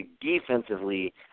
Defensively